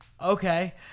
Okay